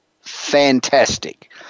fantastic